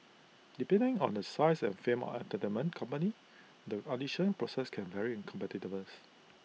depending on the size and fame of entertainment company the audition process can vary in competitiveness